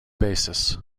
basis